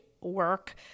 work